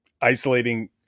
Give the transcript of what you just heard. isolating